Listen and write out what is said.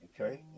okay